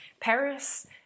Paris